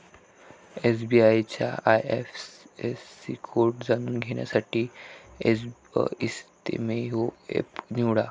SBI चा IFSC code जाणून घेण्यासाठी एसबइस्तेमहो एप निवडा